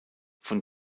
von